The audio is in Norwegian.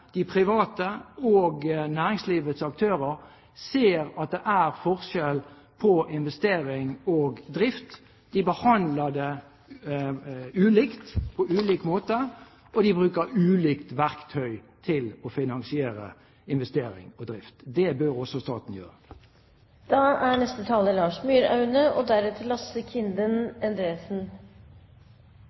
de private og næringslivets aktører ser at det er forskjell på investering og drift. De behandler det på ulik måte, og de bruker ulikt verktøy til å finansiere investering og drift. Det bør også staten gjøre.